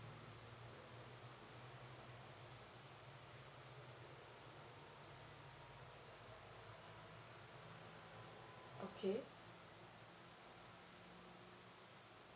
okay